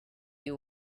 you